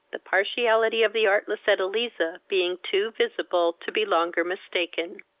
the partiality of the artless edeliza being too visible to be longer mistaken.